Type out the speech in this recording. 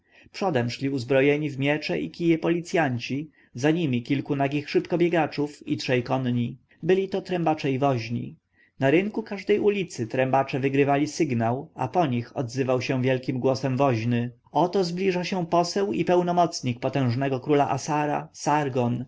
przodem szli uzbrojeni w miecze i kije policjanci za nimi kilku nagich szybkobiegaczów i trzej konni byli to trębacze i woźny na rogu każdej ulicy trębacze wygrywali sygnał a po nich odzywał się wielkim głosem woźny oto zbliża się poseł i pełnomocnik potężnego króla assara